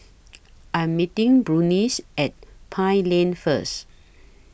I Am meeting Burnice At Pine Lane First